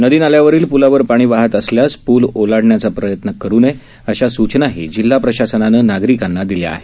नदी नाल्यावरील प्लावर पाणी वाहत असल्यास पूल ओलांढण्याचा प्रयत्न करू नये अशा सूचना जिल्हा प्रशासनानं नागरीकांना दिल्या आहेत